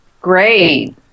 Great